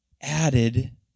added